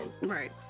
right